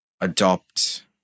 adopt